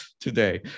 today